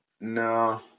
no